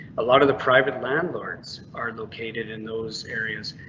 a lot of the private landlords are located in those areas.